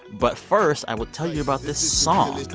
but first, i will tell you about this song.